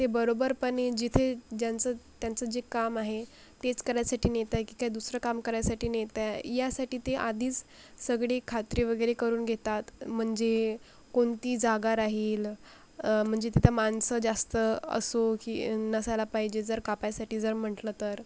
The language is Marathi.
ते बरोबरपणे जिथे ज्यांचं त्यांचं जे काम आहे तेच करायसाठी नेताय की काय दुसरं काम करायसाठी नेताय यासाठी ते आधीच सगळी खात्री वगैरे करून घेतात म्हणजे कोणती जागा राहील म्हणजे तिथं माणसं जास्त असो की नसायला पाहिजे जर कापायसाठी जर म्हटलं तर